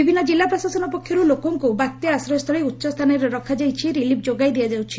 ବିଭିନ୍ତ କିଲ୍ଲା ପ୍ରଶାସନ ପକ୍ଷରୁ ଲୋକଙ୍କୁ ବାତ୍ୟା ଆଶ୍ରୟସ୍କୁଳୀ ଓ ଉଚ୍ଚସ୍ରାନରେ ରଖାଯାଇଛି ରିଲିଫ୍ ଯୋଗାଇ ଦିଆଯାଉଛି